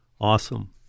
Awesome